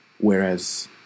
Whereas